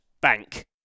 bank